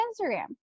Instagram